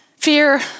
Fear